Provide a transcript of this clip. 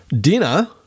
dinner